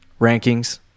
rankings